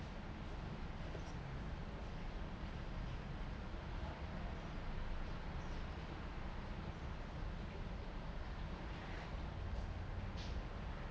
uh for the mount~